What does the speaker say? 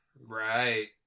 Right